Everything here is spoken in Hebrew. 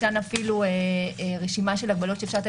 ישנה אפילו רשימה של הגבלות שאפשר לתת